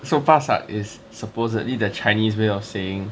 so 巴刹 is supposedly the chinese way of saying